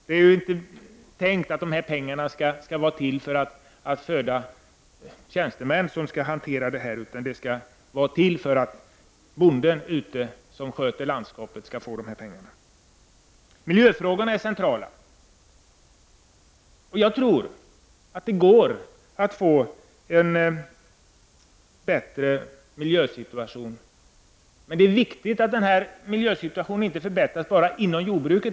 Det är ju inte tänkt att dessa pengar skall användas till att föda tjänstemän som skall hantera detta, utan dessa pengar skall gå till de bönder som sköter landskapet. Miljöfrågorna är centrala. Jag tror att det går att åstadkomma en bättre miljösituation. Men det är viktigt att denna miljösituation förbättras inte bara inom jordbruket.